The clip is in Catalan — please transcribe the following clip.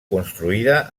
construïda